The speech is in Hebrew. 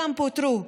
חלקם פוטרו,